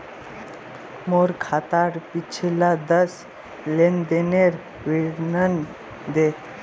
मोर खातार पिछला दस लेनदेनेर विवरण दे